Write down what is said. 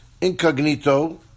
incognito